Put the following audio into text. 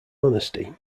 honesty